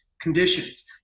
conditions